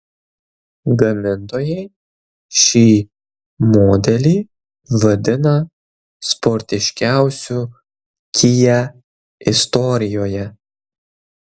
gamintojai šį modelį vadina sportiškiausiu kia istorijoje